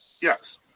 Yes